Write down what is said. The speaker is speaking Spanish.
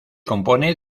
compone